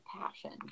passion